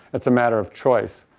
it's a matter of choice.